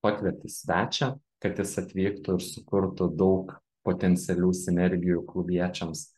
pakvieti svečią kad jis atvyktų ir sukurtų daug potencialių sinergijų klubiečiams